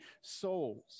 souls